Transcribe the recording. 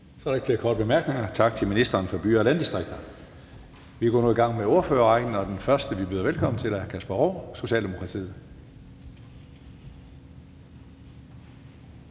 Så er der ikke flere korte bemærkninger. Tak til ministeren for byer og landdistrikter. Vi går nu i gang med ordførerrækken, og den første, vi byder velkommen til, er hr. Kasper Roug, Socialdemokratiet.